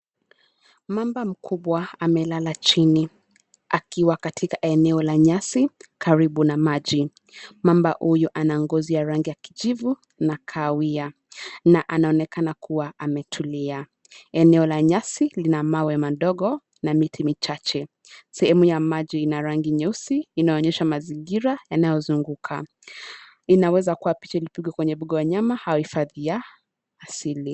Mamba mkubwa amelala chini akiwa katika eneo la nyasi, karibu na maji. Mamba huyu ana ngozi ya rangi ya kijivu na kahawia na anaonekana kuwa ametulia. Sehemu ya maji ina rangi nyeusi inayoonyesha mazingira yanayozunguka. Inaweza kuwa katika mbuga la wanyama au hifadhi ya asili.